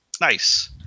Nice